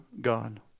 God